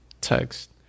text